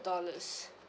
dollars